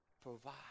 Provide